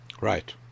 Right